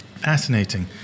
fascinating